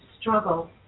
struggle